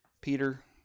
Peter